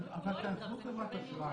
תעזבו חברת אשראי.